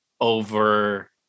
over